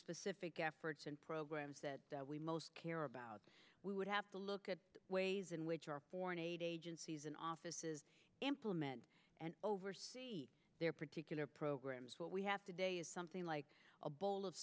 specific efforts and programs that we most care about we would have to look at ways in which our foreign aid agencies and offices implement and oversee their particular programs what we have today is something like a bowl of